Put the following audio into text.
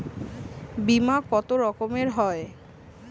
বিমা কত রকমের হয়?